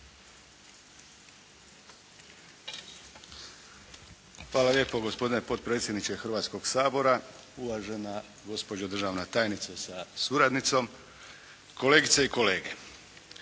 Hvala lijepo gospodine potpredsjedniče Hrvatskog sabora, uvažena gospođa državna tajnica sa suradnicom, kolegice i kolege.